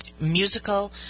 musical